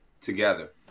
together